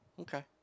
Okay